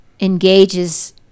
engages